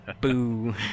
boo